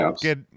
get